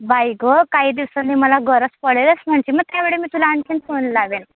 बाई गं काही दिवसांनी मला गरज पडेलच म्हणजे मग त्यावेळी मी तुला आणखी फोन लावेल